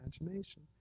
imagination